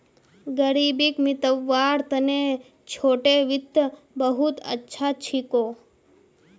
ग़रीबीक मितव्वार तने छोटो वित्त बहुत अच्छा छिको